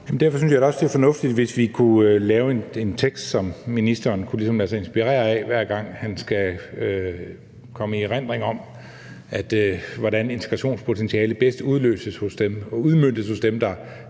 Derfor synes jeg da også, det ville være fornuftigt, hvis vi kunne lave en tekst, som ministeren ligesom kunne lade sig inspirere af, hver gang han skal erindres om, hvordan integrationspotentialet bedst udløses og udmøntes hos dem, der